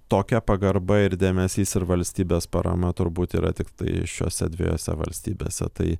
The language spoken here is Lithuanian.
tokia pagarba ir dėmesys ir valstybės parama turbūt yra tiktai šiose dviejose valstybėse tai